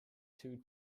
two